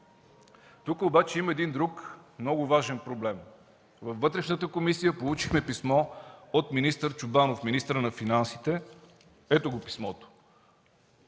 Тук обаче има един друг, много важен проблем. Във Вътрешната комисия получихме писмо от министър Чобанов – министърът на финансите. Ето го писмото